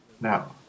now